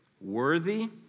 worthy